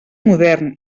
modern